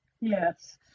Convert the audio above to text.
Yes